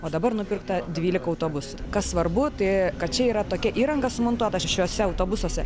o dabar nupirkta dvylika autobusų kas svarbu tai kad čia yra tokia įranga sumontuota šiuose autobusuose